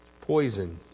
Poison